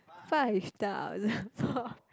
five thousand four